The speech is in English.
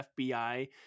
FBI